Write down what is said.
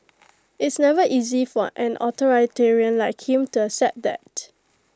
it's never easy for an authoritarian like you to accept that